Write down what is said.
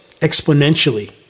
exponentially